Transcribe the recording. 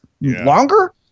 Longer